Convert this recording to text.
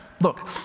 Look